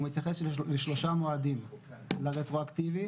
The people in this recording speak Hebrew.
הוא מתייחס לשלושה מועדים לרטרואקטיבי,